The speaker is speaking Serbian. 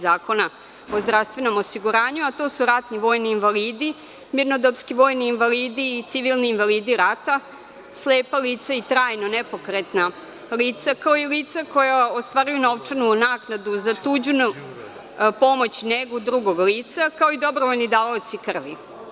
Zakona o zdravstvenom osiguranju, a to su ratni vojni invalidi, mirnodopski vojni invalidi i civilni invalidi rata, slepa lica i trajno nepokretna lica, kao i lica koja ostvaruju novčanu naknadu za tuđu pomoć, negu, drugog lica, kao i dobrovoljni davaoci krvi.